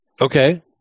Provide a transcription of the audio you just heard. Okay